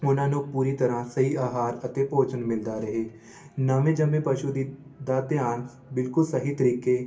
ਉਨ੍ਹਾਂ ਨੂੰ ਪੂਰੀ ਤਰ੍ਹਾਂ ਸਹੀ ਅਹਾਰ ਅਤੇ ਭੋਜਨ ਮਿਲਦਾ ਰਹੇ ਨਵੇਂ ਜੰਮੇ ਪਸ਼ੂ ਦੀ ਦਾ ਧਿਆਨ ਬਿਲਕੁਲ ਸਹੀ ਤਰੀਕੇ